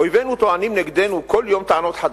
אויבינו טוענים נגדנו כל יום טענות חדשות,